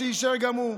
שאישר גם הוא,